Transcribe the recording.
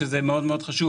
שזה מאוד מאוד חשוב,